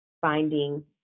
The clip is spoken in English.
finding